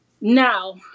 Now